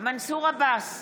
מנסור עבאס,